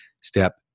step